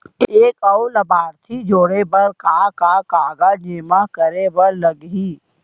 एक अऊ लाभार्थी जोड़े बर का का कागज जेमा करे बर लागही?